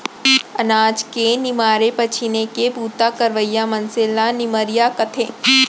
अनाज के निमारे पछीने के बूता करवइया मनसे ल निमरइया कथें